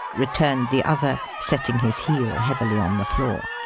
returned the other, setting his heel heavily on the floor.